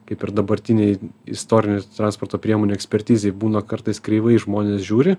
kaip ir dabartinėj istorinių transporto priemonių ekspertizėj būna kartais kreivai žmonės žiūri